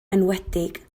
enwedig